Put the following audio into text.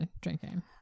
drinking